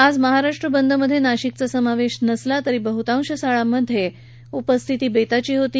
आज महाराष्ट्र बंद मध्ये नाशिकचा समावेश नसला तरी बहुतांश शाळांमध्ये उपस्थिती बेताचीच होती